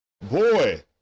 Boy